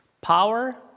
Power